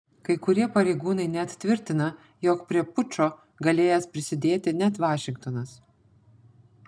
kai kurie pareigūnai net tvirtina jog prie pučo galėjęs prisidėti net vašingtonas